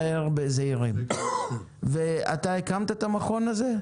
אתה הקמת את המכון הזה?